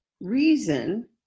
reason